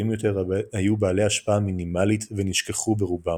יותר היו בעלי השפעה מינימלית ונשכחו ברובם.